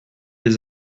les